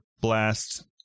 blast